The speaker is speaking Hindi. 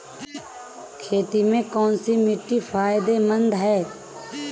खेती में कौनसी मिट्टी फायदेमंद है?